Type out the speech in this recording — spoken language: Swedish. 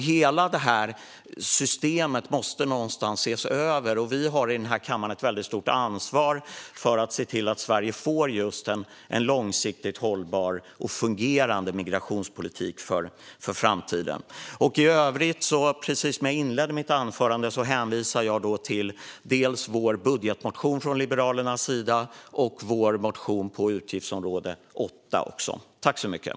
Hela det här systemet måste ses över, och vi har i den här kammaren ett stort ansvar att se till att Sverige får just en långsiktigt hållbar och fungerande migrationspolitik för framtiden. Precis som jag inledde mitt anförande med hänvisar jag i övrigt till dels vår budgetmotion från Liberalernas sida, dels vår motion på utgiftsområde 8.